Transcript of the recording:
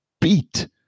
beat